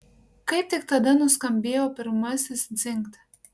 kaip tik tada nuskambėjo pirmasis dzingt